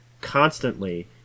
constantly